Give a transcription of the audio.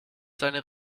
seine